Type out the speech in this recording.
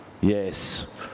Yes